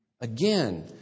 Again